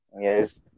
yes